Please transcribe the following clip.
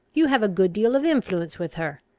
you have a good deal of influence with her,